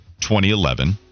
2011